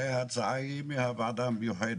הרי ההצעה היא מהוועדה המיוחדת.